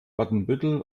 watenbüttel